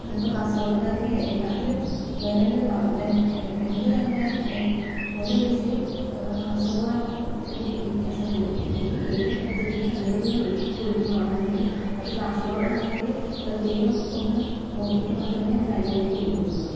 അതിപ്പം കാസർഗോട് അതിന് എല്ലാത്തിലും വേറെതന്നെ ഒരു വർധന എന്ത് തന്നെ ആയാലും ഓരോ ഫീസിലും കാസർഗോട് ആവുമ്പോൾ ഒരു വ്യത്യാസമുണ്ട് ഇത് ഏത് പദ്ധതിക്ക് അനുമതി കൊട് കൊടുക്കുമ്പം ആണെങ്കിലും അത് കാസർഗോടാണെങ്കിൽ പ്രത്യേകം ഒന്ന് നോക്കീട്ട് മാത്രമേ ഒരനുമതി കൊടുക്കുന്നുള്ളൂ